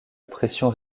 pression